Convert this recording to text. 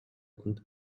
und